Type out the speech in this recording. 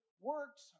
works